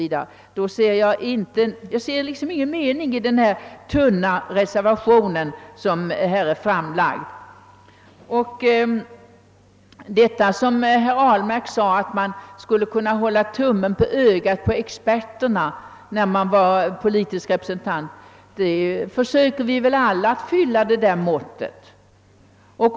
v., ser jag ingen mening i en reservation. Herr Ahlmark sade att en politiker borde kunna hålla tummen på ögat på experterna. Vi försöker väl alla fylla det måttet.